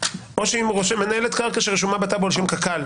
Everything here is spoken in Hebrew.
או שהיא מנהלת קרקע שרשומה בטאבו על שם קק"ל,